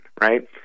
right